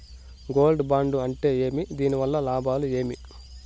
Gold bond అంటే ఏమి? దీని వల్ల లాభాలు ఏమి?